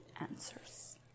answers